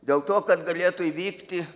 dėl to kad galėtų įvykti